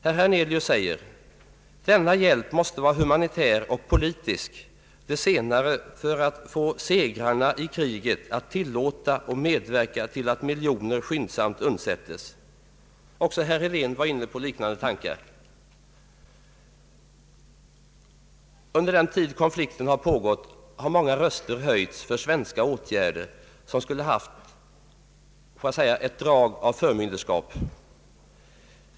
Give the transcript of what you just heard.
Han säger: ”Denna hjälp måste vara humanitär och politisk, det senare för att få segrarna i kriget att tillåta och medverka till att miljoner skyndsamt undsättes.” Också herr Helén var inne på liknande tankar. Under den tid konflikten har pågått har många röster höjts för svenska åtgärder, som skulle ha haft ett drag av förmyndarskap, om jag så får uttrycka mig.